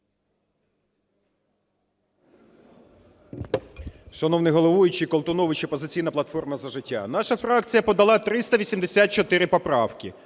Шановний головуючий! Колтунович, "Опозиційна платформа – За життя". Наша фракція подала 384 поравки.